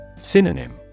Synonym